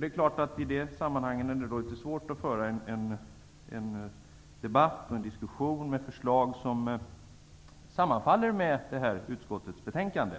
Det är klart att det i dessa sammanhang är svårt att föra en debatt och diskussion och föra fram förslag som sammanfaller med utskottets betänkande.